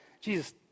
Jesus